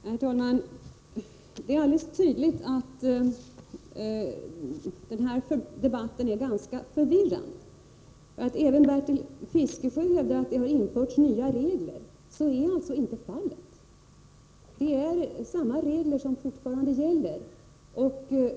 Herr talman! Det är alldeles tydligt att den här debatten är ganska förvirrad, eftersom även Bertil Fiskesjö hävdar att det har införts nya regler. Så är inte fallet — samma regler gäller fortfarande.